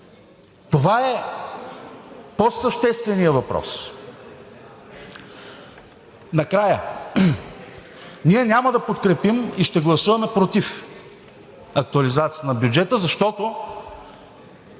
Това е по-същественият въпрос. Накрая – ние няма да подкрепим и ще гласуваме „против“ актуализацията на бюджета, защото,